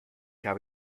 habe